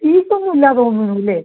fees ഒന്നും ഇല്ല തോന്നണു ഇല്ലേ